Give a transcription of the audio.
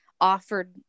offered